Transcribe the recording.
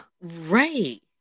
Right